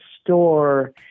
store